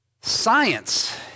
science